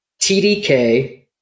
TDK